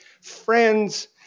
Friends